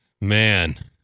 man